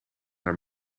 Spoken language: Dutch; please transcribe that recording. naar